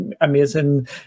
amazing